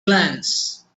glance